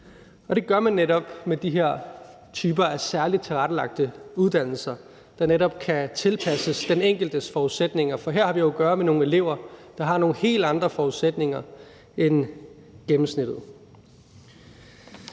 Det gør man netop med de her typer af særligt tilrettelagte uddannelser, der kan tilpasses den enkeltes forudsætninger. For her har vi jo at gøre med nogle elever, der har nogle helt andre forudsætninger end gennemsnittet.